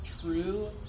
true